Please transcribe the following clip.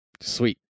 Sweet